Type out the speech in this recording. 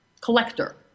collector